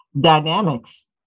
dynamics